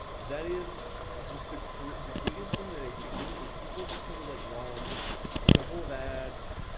that is just the current. the biggest thing that i see is people just kind of like launch a couple of ads,